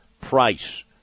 price